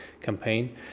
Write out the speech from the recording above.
campaign